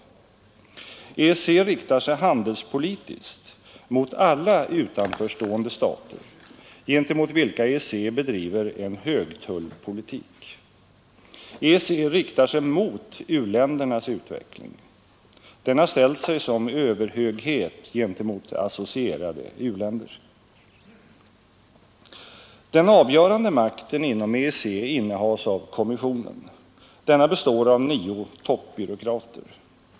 EEC riktar sig handelspolitiskt mot alla utanförstående stater, gentemot vilka EE bedriver en högtullpolitik. EEC riktar sig mot u-ländernas utveckling. Den har ställt sig som överhöghet gentemot associerade u-länder. Den avgörande makten inom EEC innehas av kommissionen. Denna består av nio toppbyråkrater.